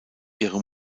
ihre